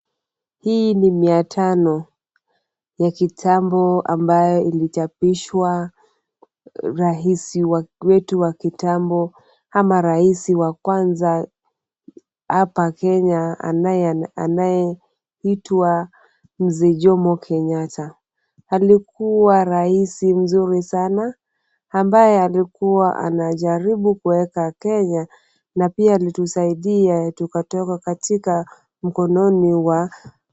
Hii ni mia tano ya kitambo ambayo ilichapishwa rais wetu wa kitambo ama rais wa kwanza hapa Kenya anayeitwa Mzee Jomo Kenyatta. Alikuwa rais mzuri sana, ambaye aikuwa anajaribu kuweka Kenya na pia alitusaidia kutoka katika ukoloni.